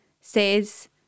says